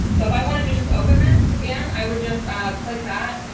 so if i wanted to just open this, and i would just click that,